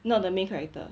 not the main character